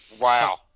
Wow